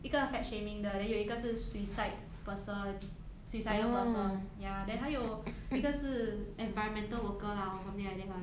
一个 fat shaming 的 then 有一个是 suicide person suicidal person ya then 还有一个是 environmental worker lah or something like that [one]